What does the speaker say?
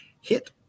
hit